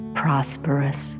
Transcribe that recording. prosperous